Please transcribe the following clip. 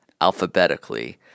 alphabetically